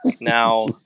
Now